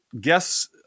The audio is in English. guess